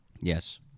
Yes